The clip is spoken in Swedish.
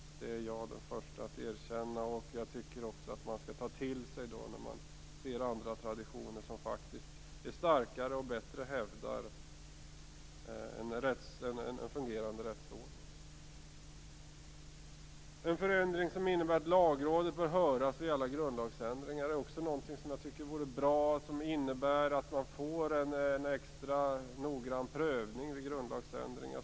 Det är jag den förste att erkänna. När man ser andra traditioner som är starkare och bättre hävdar en fungerande rättsordning, skall man ta till sig dem. En förändring som innebär att Lagrådet bör höras vid alla grundlagsändringar vore också bra. Det skulle innebära att vi fick en extra noggrann prövning vid grundlagsändringar.